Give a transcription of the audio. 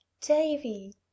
davy